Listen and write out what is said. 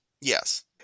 Yes